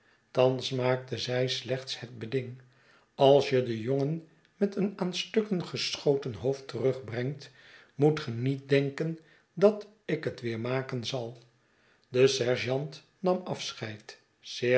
thans maakte zij slechts het beding als je den jongen met een aan stukken geschoten hoofd terugbrengt moet ge niet denken dat ik het weer maken zal de sergeant nam afscheid